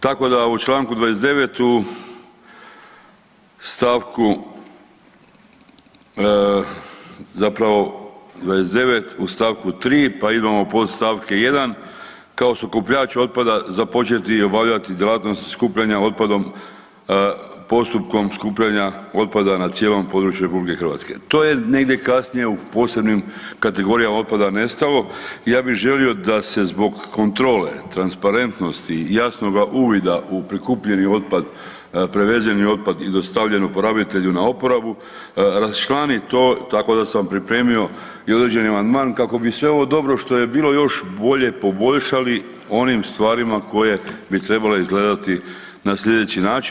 Tako da u čl. 29. u st. 3. pa imamo podastvke 1. „kao sakupljač otpada započeti obavljati djelatnosti skupljanja otpadom postupkom skupljanja otpada na cijelom području RH“, to je negdje kasnije u posebnim kategorijama otpada nestalo i ja bih želio da se zbog kontrole, transparentnosti i jasnoga uvida u prikupljeni otpad, prevezeni otpad i dostavljen oporabitelju na oporabu raščlani to tako da sam pripremio i određeni amandman kako bi sve ovo dobro što je bilo još bolje poboljšali onim stvarima koje bi trebale izgledati na sljedeći način.